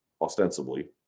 ostensibly